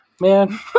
man